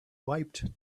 wiped